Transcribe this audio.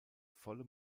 volle